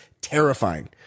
terrifying